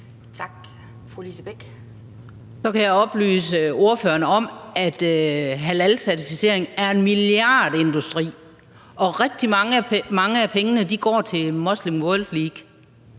Så kan jeg oplyse ordføreren om, at halalcertificering er en milliardindustri, og rigtig mange af pengene går til Muslim World League,